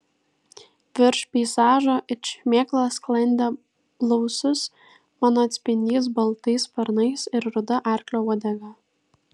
virš peizažo it šmėkla sklandė blausus mano atspindys baltais sparnais ir ruda arklio uodega